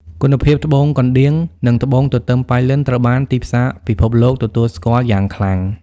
គុណភាពត្បូងកណ្ដៀង និងត្បូងទទឺមប៉ៃលិនត្រូវបានទីផ្សាពិភពលោកទទួលស្គាល់យ៉ាងខ្លាំង។